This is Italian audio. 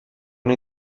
nei